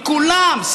מכולם,